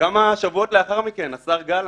כמה שבועות לאחר מכן השר גלנט,